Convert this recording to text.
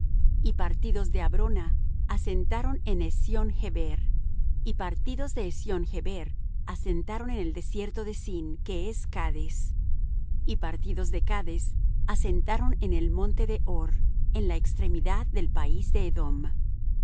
y partidos de abrona asentaron en esion geber y partidos de esion geber asentaron en el desierto de zin que es cades y partidos de cades asentaron en el monte de hor en la extremidad del país de edom